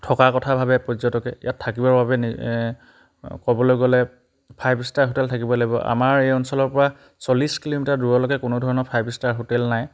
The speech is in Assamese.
থকাৰ কথা ভাৱে পৰ্যটকে ইয়াত থাকিবৰ বাবে ক'বলৈ গ'লে ফাইভ ষ্টাৰ হোটেল থাকিবই লাগিব আমাৰ এই অঞ্চলৰপৰা চল্লিছ কিলোমিটাৰ দূৰলৈকে কোনো ধৰণৰ ফাইভ ষ্টাৰ হোটেল নাই